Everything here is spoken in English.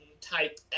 type